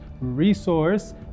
resource